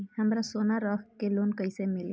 हमरा सोना रख के लोन कईसे मिली?